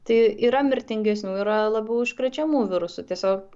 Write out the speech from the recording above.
tai yra mirtingesnių yra labiau užkrečiamų virusų tiesiog